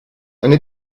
eine